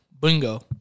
Bingo